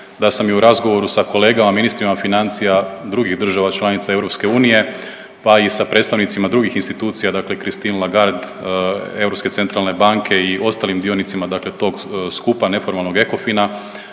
da sam i u razgovoru sa kolegama ministrima financija drugih država članica EU, pa i sa predstavnicima drugih institucija dakle Christine Lagarde, Europske centralne banke i ostalim dionicima dakle tog skupa neformalnog ekofina